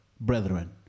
brethren